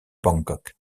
bangkok